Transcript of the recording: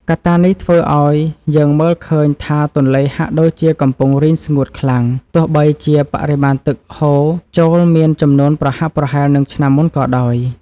កត្តានេះធ្វើឱ្យយើងមើលឃើញថាទន្លេហាក់ដូចជាកំពុងរីងស្ងួតខ្លាំងទោះបីជាបរិមាណទឹកហូរចូលមានចំនួនប្រហាក់ប្រហែលនឹងឆ្នាំមុនក៏ដោយ។